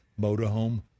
motorhome